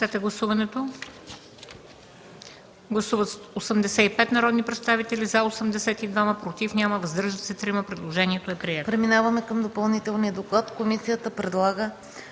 Преминаваме към допълнителния доклад. Комисията предлага